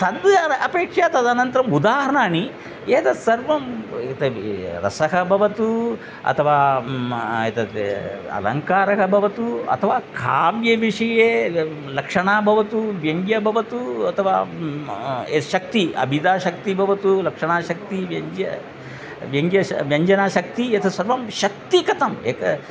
तद् अद् अपेक्षया तदनन्तरम् उदाहरणानि एतत् सर्वम् ब तद् रसः भवतु अथवा एतद् अलङ्कारः भवतु अथवा काव्यविषये या लक्षणा भवतु व्यङ्ग्यं भवतु अथवा यत् शक्तिः अभिधाशक्तिः भवतु लक्षणाशक्तिः व्यज्य व्यङ्ग्य श व्यञ्जनाशक्तिः एतत् सर्वं शक्तिकतम् एक